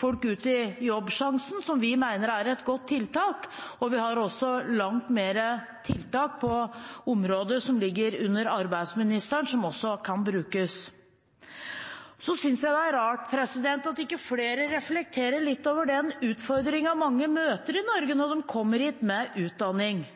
folk ut i Jobbsjansen, som vi mener er et godt tiltak. Vi har også langt flere tiltak på området som ligger under arbeidsministeren, som også kan brukes. Så synes jeg det er rart at ikke flere reflekterer litt over den utfordringen mange møter i Norge når de kommer hit med utdanning.